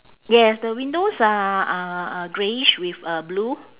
yes the windows are are are greyish with uh blue